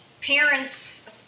parents